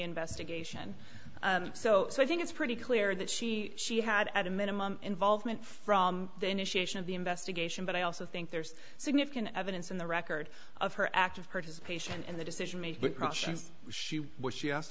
investigation so i think it's pretty clear that she she had at a minimum involvement from the initiation of the investigation but i also think there's significant evidence in the record of her active participation in the decision made